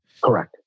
correct